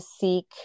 seek